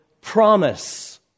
promise